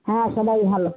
হ্যাঁ সবাই ভালো